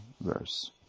verse